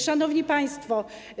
Szanowni Państwo!